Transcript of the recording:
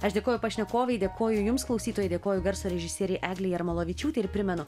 aš dėkoju pašnekovei dėkoju jums klausytojai dėkoju garso režisierei eglei jarmolavičiūtei ir primenu